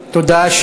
תודה.